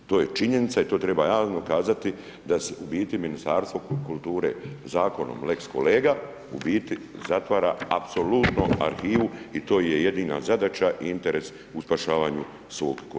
To je činjenica i to treba javno kazati da se u biti Ministarstvo kulture zakonom lex kolega, u biti zatvara apsolutno arhivu i to je jedina zadaća i interes u spašavanju svog kolege.